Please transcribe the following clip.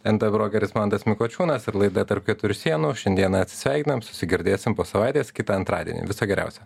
nt brokeris mantas mikočiūnas ir laida tarp keturių sienų šiandieną atsisveikinam susigirdėsim po savaitės kitą antradienį viso geriausio